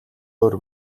өөр